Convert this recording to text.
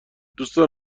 دوستان